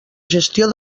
gestió